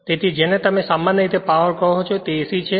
તેથી જેને તમે સામાન્ય રીતે પાવર કહો છો તે AC છે